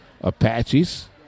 Apaches